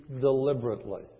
deliberately